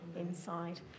inside